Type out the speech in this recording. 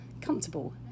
comfortable